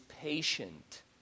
patient